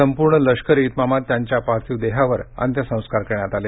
संपूर्ण लष्करी इतमामात त्यांच्या पार्थिव देहावर अंत्यसंस्कार करण्यात आले